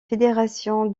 fédération